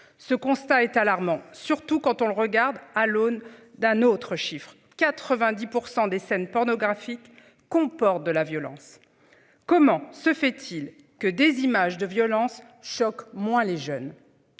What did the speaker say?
Ce constat est alarmant surtout quand on le regarde à l'aune d'un autre chiffre 90 pour des scènes pornographiques comporte de la violence. Comment se fait-il que des images de violence choc moi les jeunes.